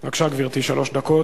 בבקשה, גברתי, שלוש דקות.